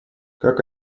как